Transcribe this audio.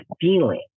feeling